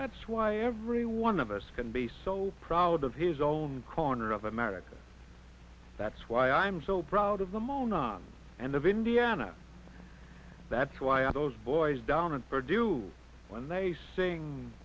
that's why everyone of us can be so proud of his own corner of america that's why i'm so proud of the moon and of indiana that's why all those boys down at purdue when they sing